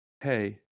hey